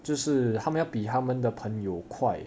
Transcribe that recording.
就是他们要比他们的朋友快